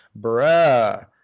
Bruh